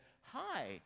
Hi